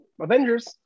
Avengers